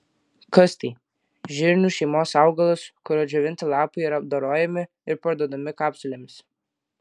kas tai žirnių šeimos augalas kurio džiovinti lapai yra apdorojami ir parduodami kapsulėmis